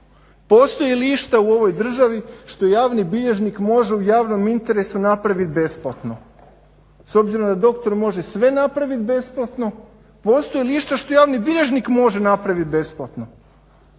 Postoji li išta u ovoj državi što javni bilježnik može u javnom interesu napraviti besplatno s obzirom da doktor može sve napravit besplatno, postoji li išta što javni bilježnik može napravit besplatno.